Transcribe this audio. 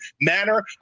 manner